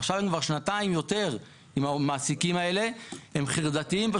עכשיו הם כבר שנתיים יותר עם המעסיקים האלה והם חרדתיים.